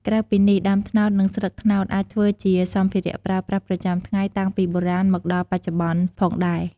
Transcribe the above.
ក្រៅពីនេះដើមត្នោតនិងស្លឹកត្នោតអាចធ្វើជាសម្ភារៈប្រើប្រាសប្រចាំថ្ងៃតាំងពីបុរាណមកដល់បច្ចុប្បន្នផងដែរ។